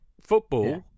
Football